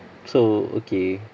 so okay